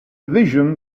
vision